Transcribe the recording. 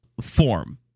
form